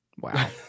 Wow